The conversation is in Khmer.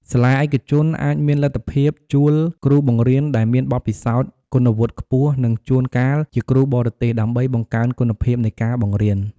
សាលាឯកជនអាចមានលទ្ធភាពជួលគ្រូបង្រៀនដែលមានបទពិសោធន៍ គុណវុឌ្ឍិខ្ពស់ និងជួនកាលជាគ្រូបរទេស ដើម្បីបង្កើនគុណភាពនៃការបង្រៀន។